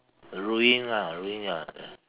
ruin lah ruin ya